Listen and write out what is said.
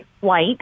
white